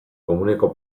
komuneko